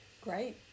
Great